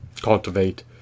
cultivate